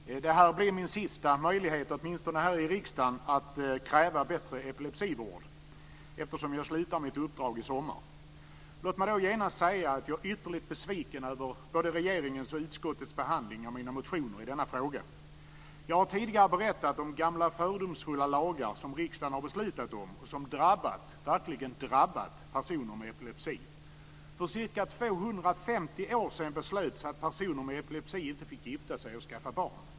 Herr talman! Det här blir min sista möjlighet, åtminstone här i riksdagen, att kräva bättre epilepsivård, eftersom jag slutar mitt uppdrag i sommar. Låt mig då genast säga att jag är ytterligt besviken över både regeringens och utskottets behandling av mina motioner i denna fråga. Jag har tidigare berättat om gamla fördomsfulla lagar, som riksdagen har beslutat om och som drabbat, verkligen drabbat, personer med epilepsi. För ca 250 år sedan beslöts att personer med epilepsi inte fick gifta sig och skaffa barn.